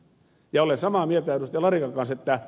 olen samaa mieltä ed